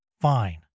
fine